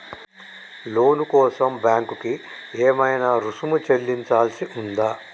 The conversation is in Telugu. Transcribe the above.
లోను కోసం బ్యాంక్ కి ఏమైనా రుసుము చెల్లించాల్సి ఉందా?